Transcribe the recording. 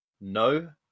No